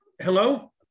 Hello